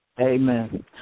Amen